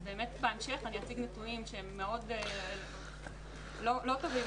אז באמת בהמשך אני אציג נתונים שהם מאוד לא טובים